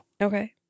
Okay